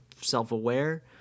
self-aware